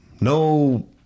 no